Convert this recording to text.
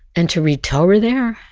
and to read torah there?